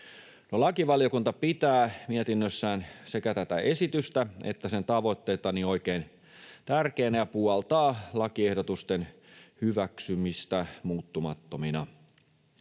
Lakivaliokunta pitää mietinnössään sekä tätä esitystä että sen tavoitteita oikein tärkeinä ja puoltaa lakiehdotusten hyväksymistä muuttamattomina.